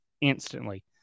instantly